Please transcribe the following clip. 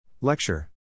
Lecture